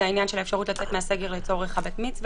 זה העניין של האפשרות לצאת מהסגר לצורך בר מצווה,